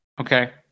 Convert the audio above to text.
Okay